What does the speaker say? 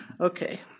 Okay